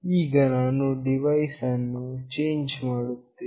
ಈಗ ನಾನು ಡಿವೈಸ್ ಅನ್ನು ಚೇಂಜ್ ಮಾಡುತ್ತೇನೆ